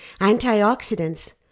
antioxidants